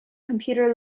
computer